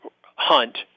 hunt